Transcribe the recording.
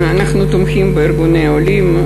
אנחנו תומכים בארגוני העולים.